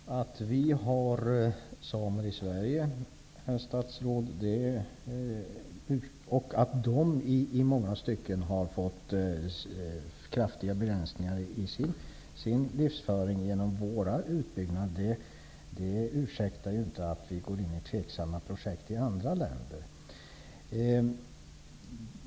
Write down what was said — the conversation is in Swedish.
Fru talman! Att vi har samer i Sverige, herr statsråd, och att de i många stycken har fått kraftiga begränsningar i sin livsföring genom våra utbyggnader, ursäktar ju inte att vi går in i tveksamma projekt i andra länder.